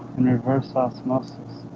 in reverse osmosis